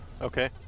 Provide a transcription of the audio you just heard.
Okay